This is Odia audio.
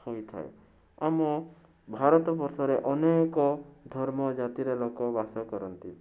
ହୋଇଥାଏ ଆମ ଭାରତ ବର୍ଷରେ ଅନେକ ଧର୍ମ ଜାତିର ଲୋକ ବାସ କରନ୍ତି